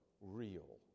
real